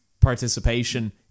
Participation